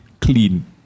clean